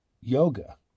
Yoga